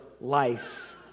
life